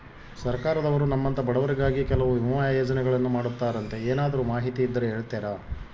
ಸರ್ಕಾರದವರು ನಮ್ಮಂಥ ಬಡವರಿಗಾಗಿ ಕೆಲವು ವಿಮಾ ಯೋಜನೆಗಳನ್ನ ಮಾಡ್ತಾರಂತೆ ಏನಾದರೂ ಮಾಹಿತಿ ಇದ್ದರೆ ಹೇಳ್ತೇರಾ?